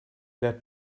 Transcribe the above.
let